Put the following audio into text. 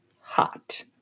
hot